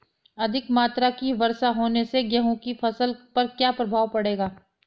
अधिक मात्रा की वर्षा होने से गेहूँ की फसल पर क्या प्रभाव पड़ेगा?